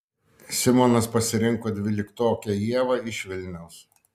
simonas pasirinko dvyliktokę ievą iš vilniaus